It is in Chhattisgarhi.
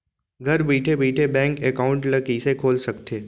घर बइठे बइठे बैंक एकाउंट ल कइसे खोल सकथे?